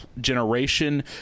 generation